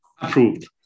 Approved